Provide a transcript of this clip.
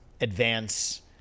advance